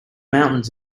mountains